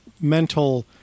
mental